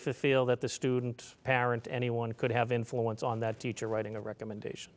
feel that the student parent anyone could have influence on that teacher writing a recommendation